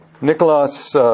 Nicholas